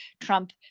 Trump